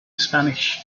spanish